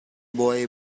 boy